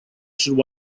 should